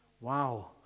Wow